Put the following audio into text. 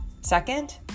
Second